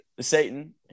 Satan